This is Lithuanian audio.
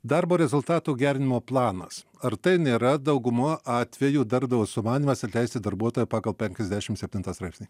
darbo rezultatų gerinimo planas ar tai nėra dauguma atvejų darbdavio sumanymas atleisti darbuotoją pagal penkiasdešim septintą straipsnį